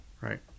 Right